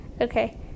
Okay